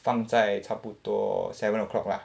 放在差不多 seven o'clock lah